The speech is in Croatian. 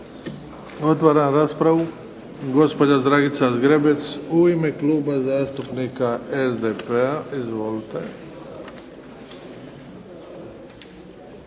Otvaram raspravu. Gospođa Dragica Zgrebec, u ime Kluba zastupnika SDP-a. Izvolite.